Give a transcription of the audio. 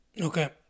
Okay